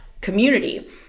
community